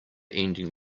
ending